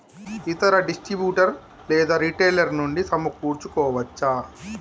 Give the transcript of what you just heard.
ఇతర డిస్ట్రిబ్యూటర్ లేదా రిటైలర్ నుండి సమకూర్చుకోవచ్చా?